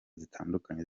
zitandukanye